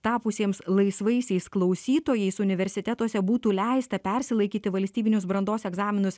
tapusiems laisvaisiais klausytojais universitetuose būtų leista persilaikyti valstybinius brandos egzaminus